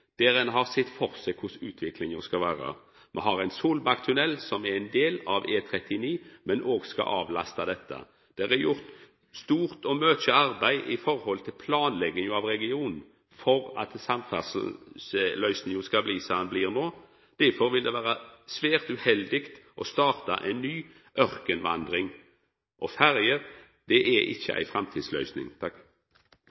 der ein har sett for seg korleis utviklinga skal vera. Me har Solbakktunnelen som er ein del av E39, men som òg skal avlasta dette. Det er gjort mykje arbeid i samband med planlegginga av regionen for at samferdselsløysinga skal bli som ho blir no. Derfor vil det vera svært uheldig å starta ei ny ørkenvandring. Ferjer er ikkje